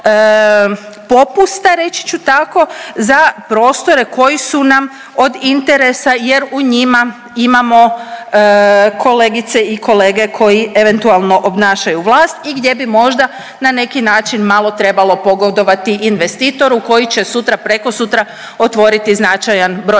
popusta reći ću tako za prostore koji su nam od interesa jer u njima imamo kolegice i kolege koji eventualno obnašaju vlast i gdje bi možda na neki način malo trebalo pogodovati investitoru koji će sutra, prekosutra otvoriti značajan broj